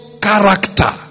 character